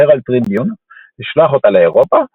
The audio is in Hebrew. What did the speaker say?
הראלד טריביון לשלוח אותה לאירופה,